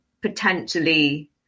potentially